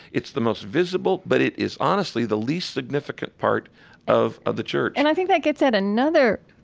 it's the most visible, but it is, honestly, the least significant part of ah the church and i think that gets at another,